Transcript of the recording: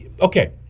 okay